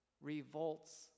revolts